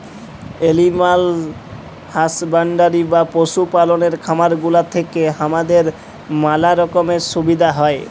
animal husbandry বা পশু পাললের খামার গুলা থেক্যে হামাদের ম্যালা রকমের সুবিধা হ্যয়